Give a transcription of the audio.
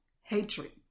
hatred